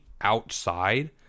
outside